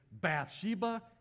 Bathsheba